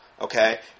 Okay